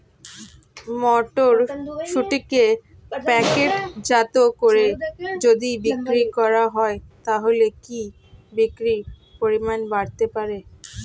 মটরশুটিকে প্যাকেটজাত করে যদি বিক্রি করা হয় তাহলে কি বিক্রি পরিমাণ বাড়তে পারে?